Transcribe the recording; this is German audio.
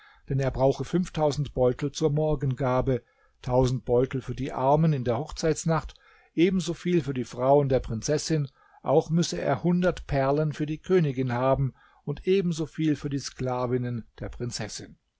denn er brauche fünftausend beutel zur morgengabe tausend beutel für die armen in der hochzeitnacht ebensoviel für die frauen der prinzessin auch müsse er hundert perlen für die königin haben und ebensoviel für die sklavinnen der prinzessin